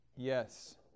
Yes